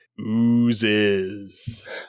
oozes